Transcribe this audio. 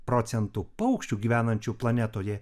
procentų paukščių gyvenančių planetoje